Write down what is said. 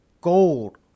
Gold